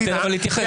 תן לו להתייחס.